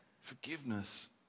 Forgiveness